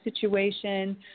situation